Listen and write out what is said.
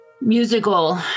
musical